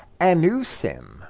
Anusim